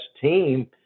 team